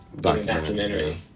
documentary